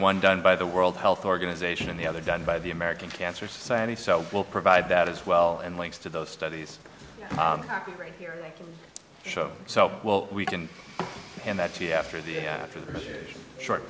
one done by the world health organization and the other done by the american cancer society so we'll provide that as well and links to those studies here show so well we can hand that to you after the after the short